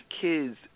kids